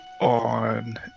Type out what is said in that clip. on